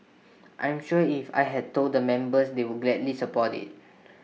I'm sure if I had told the members they would gladly support IT